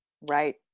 right